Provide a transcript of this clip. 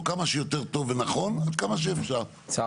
כאן אנחנו כבר על שלב שכבר ביצענו --- גם בביצוע,